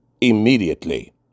immediately